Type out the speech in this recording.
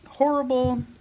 Horrible